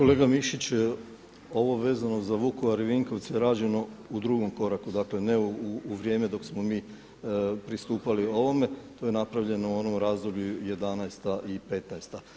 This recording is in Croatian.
Kolega Mišić, ovo vezano za Vukovar i Vinkovce rađeno u drugom koraku, dakle ne u vrijeme dok smo mi pristupali ovome, to je napravljeno u onom razdoblju '11.-'15.